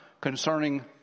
concerning